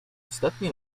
ostatnie